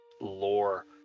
lore